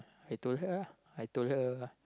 I told her I told her